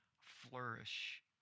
flourish